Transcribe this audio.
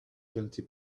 twenty